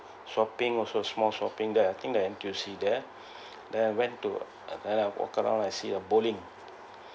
shopping also small shopping there I think the N_T_U_C there then I went to and then I walk around I see a bowling